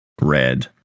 red